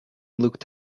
looked